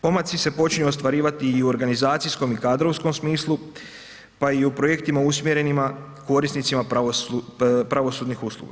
Pomaci se počinju ostvarivati i u organizacijskom i kadrovskom smislu, pa i u projektima usmjerenima korisnicima pravosudnih usluga.